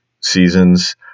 seasons